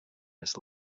this